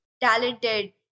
talented